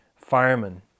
firemen